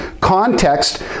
context